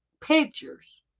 pictures